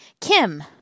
Kim